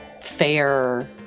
fair